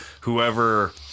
whoever